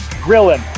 Grilling